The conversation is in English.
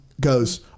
goes